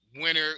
winner